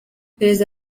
perezida